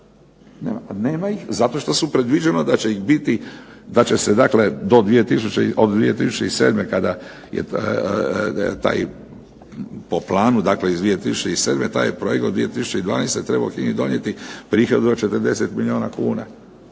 Nema ih zato što su predviđena da će se od 2007. kada je taj po planu iz 2007. taj projekt do 2012. trebao HINA-i donijeti prihod od 40 milijuna kuna.